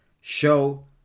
show